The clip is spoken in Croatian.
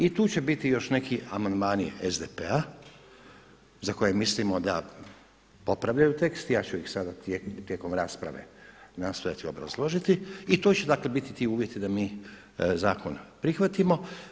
I tu će biti još neki amandmani SDP-a za koje mislimo da popravljaju tekst, ja ću ih sada tijekom rasprave nastojati obrazložiti i to će dakle biti ti uvjeti da mi zakon prihvatimo.